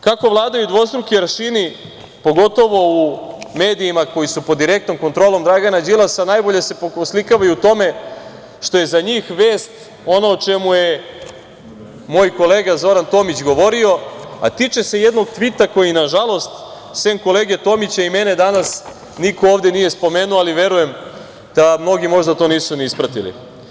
Kako vladaju dvostruki aršini, pogotovo u medijima koji su pod direktnom kontrolom Dragana Đilasa, najbolje se oslikava i u tome što je za njih vest ono o čemu je moj kolega Zoran Tomić govorio, a tiče se jednog tvita koji, nažalost, sem kolege Tomića i mene danas niko ovde nije spomenuo, ali verujem da mnogi to možda nisu ni ispratili.